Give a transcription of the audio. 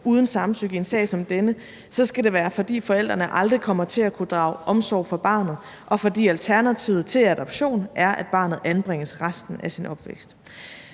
uden samtykke i en sag som denne, skal det være, fordi forældrene aldrig kommer til at kunne drage omsorg for barnet, og fordi alternativet til adoption er, at barnet anbringes resten af sin opvækst.